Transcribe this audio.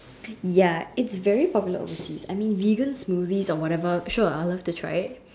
ya it's very popular overseas I mean vegan smoothies or whatever sure I'd love to try it